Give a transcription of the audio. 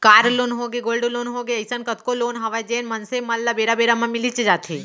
car loan होगे, gold loan होगे, अइसन कतको लोन हवय जेन मनसे मन ल बेरा बेरा म मिलीच जाथे